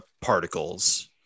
particles